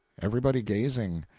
everybody gazing,